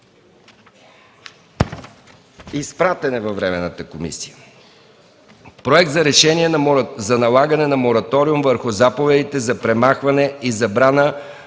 директно в пленарната зала. 11. Проект за решение за налагане на мораториум върху заповедите за премахване и забрана